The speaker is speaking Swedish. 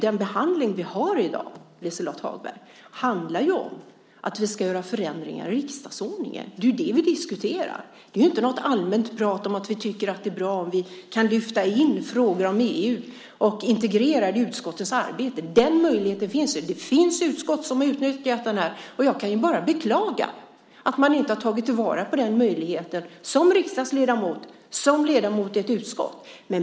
Den behandling som vi har i dag, Liselott Hagberg, handlar om att vi ska göra förändringar i riksdagsordningen. Det är ju det som vi diskuterar. Det är inte något allmänt prat om att vi tycker att det är bra om vi kan integrera frågor om EU i utskottens arbete. Den möjligheten finns. Det finns utskott som har utnyttjat den möjligheten. Och jag kan bara beklaga att man inte har tagit till vara den möjligheten som riksdagsledamot och som ledamot i ett utskott.